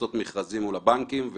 לעשות מכרזים מול הבנקים,